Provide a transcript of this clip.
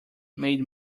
made